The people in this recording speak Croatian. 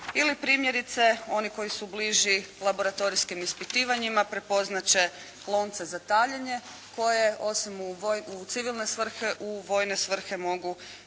Ili primjerice oni koji su bliži laboratorijskim ispitivanjima prepoznat će lonce za taljenje koje osim u civilne svrhe u vojne svrhe mogu služiti